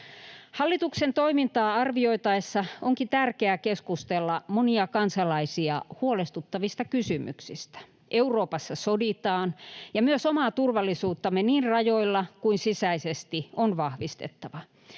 Hallituksen toimintaa arvioitaessa onkin tärkeää keskustella monia kansalaisia huolestuttavista kysymyksistä. Euroopassa soditaan, ja myös omaa turvallisuuttamme niin rajoilla kuin sisäisesti on vahvistettava.